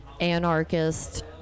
anarchist